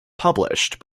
published